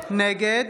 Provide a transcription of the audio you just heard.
נגד